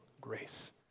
grace